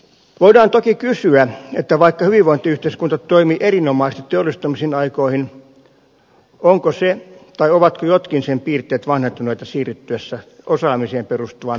voidaan toki kysyä että vaikka hyvinvointiyhteiskunta toimi erinomaisesti teollistumisen aikoihin onko se tai ovatko jotkin sen piirteet vanhentuneita siirryttäessä osaamiseen perustuvaan jälkiteolliseen yhteiskuntaan